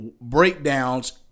breakdowns